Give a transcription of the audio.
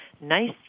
nice